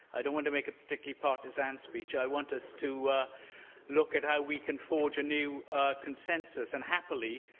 i don't want to make a particularly partisan speech. i want us to look at how we can forge a new consensus, and, happily,